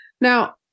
Now